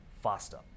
faster